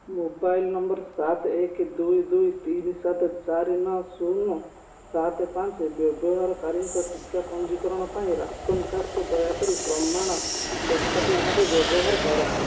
mobile number ସାତ ଏକ ଦୁଇ ଦୁଇ ତିନି ସାତ ଚାରି ନଅ ଶୂନ ସାତ ପାଞ୍ଚ ବ୍ୟବହାରକାରୀଙ୍କ ଟିକା ପଞ୍ଜୀକରଣ ପାଇଁ ରାସନ୍ କାର୍ଡ଼୍କୁ ଦୟାକରି ପ୍ରମାଣ ଦସ୍ତାବିଜ ଭାବେ ବ୍ୟବହାର କର